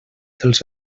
dels